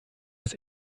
das